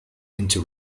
into